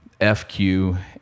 FQ